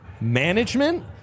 management